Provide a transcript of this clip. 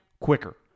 quicker